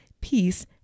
peace